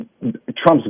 Trump's